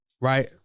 right